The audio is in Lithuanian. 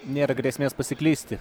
nėra grėsmės pasiklysti